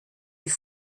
wie